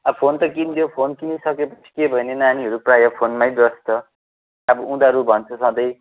अब फोन त किनिदियो फोन किनिसकेपछि के भयो भने नानीहरू प्रायः फोनमै व्यस्त अब उनीहरू भन्छ सधैँ